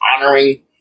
honoring